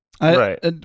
Right